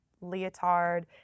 leotard